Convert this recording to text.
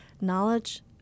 knowledge